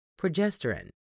progesterone